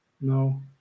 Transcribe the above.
No